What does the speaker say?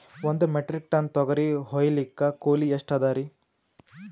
ಒಂದ್ metric ton ತೊಗರಿ ಹೋಯಿಲಿಕ್ಕ ಕೂಲಿ ಎಷ್ಟ ಅದರೀ?